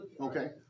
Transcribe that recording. Okay